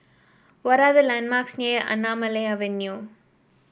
what are the landmarks near Avenue